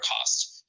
cost